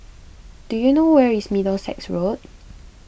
do you know where is Middlesex Road